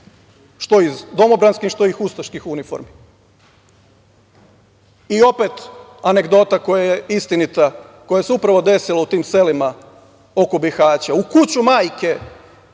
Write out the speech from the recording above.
što ih domobranskih, što iz ustaških uniformi. Opet anegdota koja je istinita, koja se upravo desila u tim selima oko Bihaća. U kuću majke